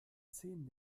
zehn